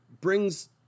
brings